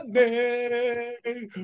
name